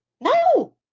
no